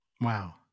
Wow